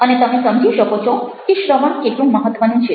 અને તમે સમજી શકો છો કે શ્રવણ કેટલું મહત્ત્વનું છે